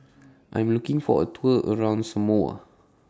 I Am looking For A Tour around Samoa